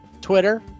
twitter